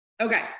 Okay